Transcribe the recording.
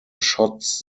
shots